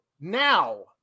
now